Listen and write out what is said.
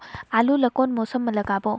आलू ला कोन मौसम मा लगाबो?